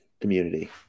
community